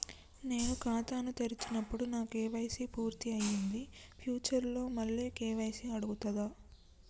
నేను ఖాతాను తెరిచినప్పుడు నా కే.వై.సీ పూర్తి అయ్యింది ఫ్యూచర్ లో మళ్ళీ కే.వై.సీ అడుగుతదా?